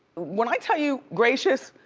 when i tell you gracious,